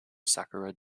sakura